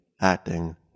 acting